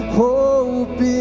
hope